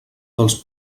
dels